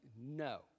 no